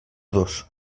dos